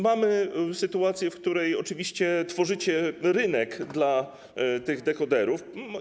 Mamy sytuację, w której oczywiście tworzycie rynek dla tych dekoderów.